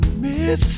miss